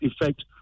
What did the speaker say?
effect